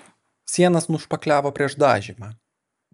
sienas nušpakliavo prieš dažymą